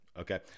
Okay